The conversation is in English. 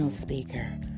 speaker